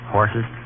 Horses